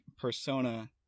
persona